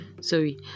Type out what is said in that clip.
Sorry